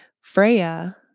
Freya